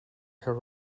her